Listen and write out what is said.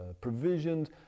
provisions